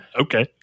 okay